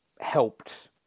helped